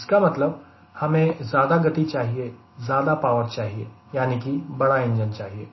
इसका मतलब हमें ज्यादा गति चाहिए ज्यादा पावर चाहिए यानी कि बड़ा इंजन चाहिए